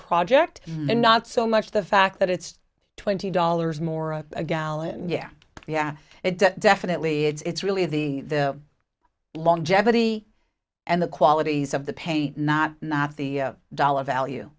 project not so much the fact that it's twenty dollars more a gallon yeah yeah it definitely it's really the longevity and the qualities of the paint not not the dollar value